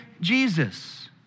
Jesus